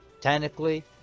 Technically